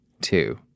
two